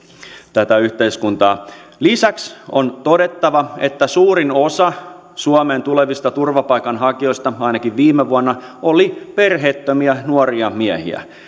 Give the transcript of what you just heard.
tätä yhteiskuntaa lisäksi on todettava että suurin osa suomeen tulevista turvapaikanhakijoista ainakin viime vuonna oli perheettömiä nuoria miehiä